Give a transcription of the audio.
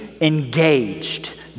engaged